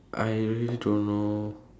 I really don't know